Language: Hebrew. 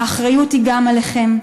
האחריות היא גם עליכם,